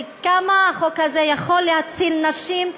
וכמה החוק הזה יכול להציל נשים,